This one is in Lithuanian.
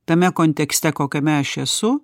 tame kontekste kokiame aš esu